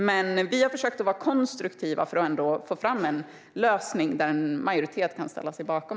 Men vi har försökt vara konstruktiva för att ändå få fram en lösning som en majoritet kan ställa sig bakom.